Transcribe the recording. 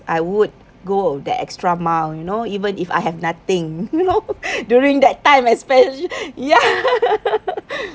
I would go that extra mile you know even if I have nothing you know during that time especially ya